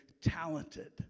talented